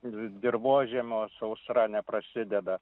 dirvožemio sausra neprasideda